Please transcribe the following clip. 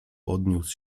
podniósł